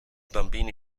bambini